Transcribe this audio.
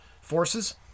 forces